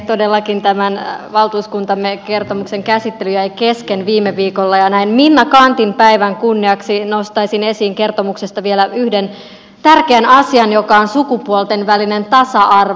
todellakin tämän valtuuskuntamme kertomuksen käsittely jäi kesken viime viikolla ja näin minna canthin päivän kunniaksi nostaisin esiin kertomuksesta vielä yhden tärkeän asian joka on sukupuolten välinen tasa arvo